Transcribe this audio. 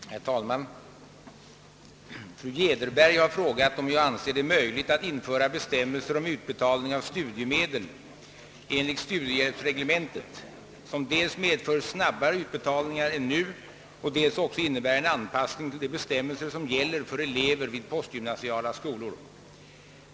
Herr talman! Fru Jäderberg har frågat, om jag anser det möjligt att införa bestämmelser om utbetalning av studiemedel enligt studiehjälpsreglementet som dels medför snabbare utbetalningar än nu och dels också innebär en anpassning till de bestämmelser som gäller för elever vid postgymnasiala skolor.